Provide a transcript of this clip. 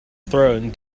throne